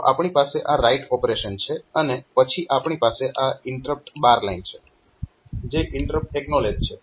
તો આપણી પાસે આ રાઈટ ઓપરેશન છે અને પછી આપણી પાસે આ INTR લાઇન છે જે ઇન્ટરપ્ટ એક્નોલેજ છે